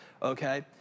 Okay